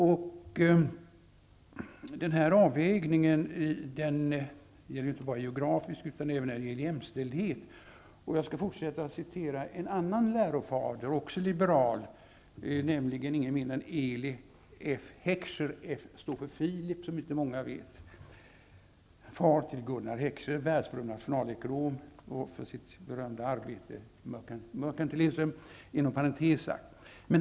Jag tänker då på en avvägning som inte bara är geografisk utan också gäller jämställdhet. Jag skall fortsätta att citera en annan lärofader, också liberal, nämligen ingen mindre än Eli F. Heckscher -- F. står för Filip, vilket inte många vet. Inom parentes sagt var han far till Gunnar Heckscher, och som nationalekonom var han världsberömd för sitt arbete Merchantilism.